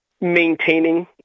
maintaining